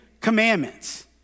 commandments